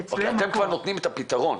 אתם כבר נותנים את הפתרון,